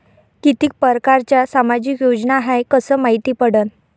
कितीक परकारच्या सामाजिक योजना हाय कस मायती पडन?